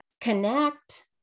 connect